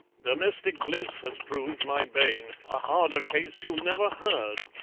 domestic bliss has proved my bane a harder case you never heard,